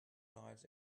lives